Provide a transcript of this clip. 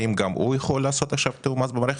האם גם הוא יכול לעשות עכשיו תיאום מס במערכת?